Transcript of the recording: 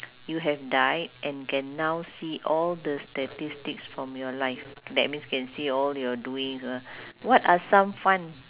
you have died and can now see all the statistics from your life that means can see all your doings uh what are some fun